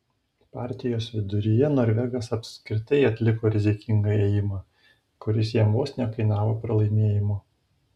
partijos viduryje norvegas apskritai atliko rizikingą ėjimą kuris jam vos nekainavo pralaimėjimo